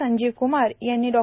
संजीव क्मार यांनी डॉ